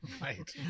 Right